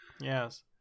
Yes